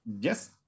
Yes